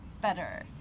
better